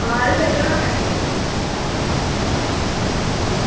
आं ते कड्ढना कड्ढो